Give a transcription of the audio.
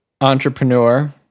entrepreneur